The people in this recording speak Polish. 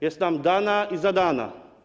Jest nam dana i zadana.